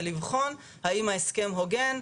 זה לבחון האם ההסכם הוגן,